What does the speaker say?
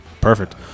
Perfect